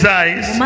eyes